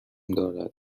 دارد